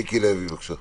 מיקי לוי, בבקשה.